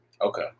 Okay